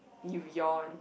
you yawn